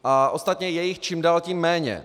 A ostatně je jich čím dál tím méně.